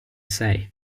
say